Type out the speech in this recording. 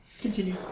Continue